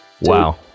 Wow